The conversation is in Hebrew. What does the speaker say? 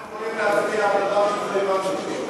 איך אנחנו יכולים להצביע על דבר שלא הבנו אותו?